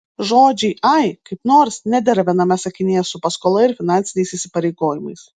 žodžiai ai kaip nors nedera viename sakinyje su paskola ir finansiniais įsipareigojimais